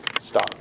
Stop